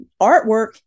Artwork